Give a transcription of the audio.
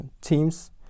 teams